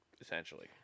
essentially